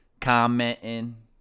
commenting